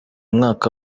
mwaka